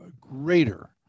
Greater